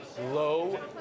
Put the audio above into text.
low